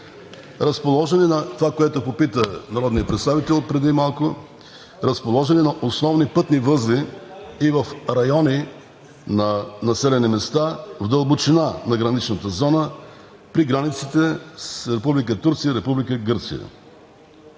малко, основни пътни възли и в райони на населени места в дълбочина на граничната зона при границите с Република Турция